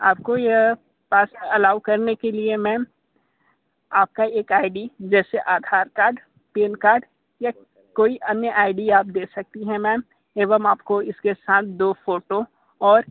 आपको यह pass allow करने के लिए मैम आपका एक आइ डी जैसे आधार कार्ड पेन कार्ड या कोई अन्य आइ डी आप दे सकती हैं मैम एवम आपको इसके साथ दो फोटो और